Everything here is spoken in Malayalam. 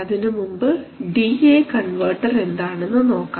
അതിനുമുമ്പ് ഡി എ കൺവെർട്ടർ എന്താണെന്നു നോക്കാം